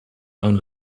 own